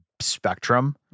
spectrum